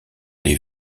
les